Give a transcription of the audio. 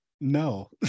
No